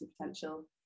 potential